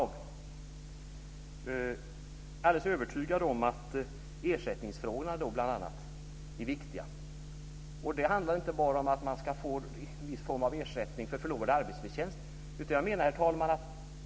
Jag är alldeles övertygad om att ersättningsförhållandena är viktiga. Det handlar inte bara om att man ska få en viss form av ersättning för förlorad arbetsförtjänst.